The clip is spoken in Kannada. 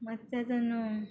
ಮತ್ತು ಅದನ್ನು